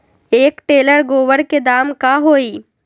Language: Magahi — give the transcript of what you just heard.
एक टेलर गोबर के दाम का होई?